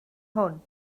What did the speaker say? hwn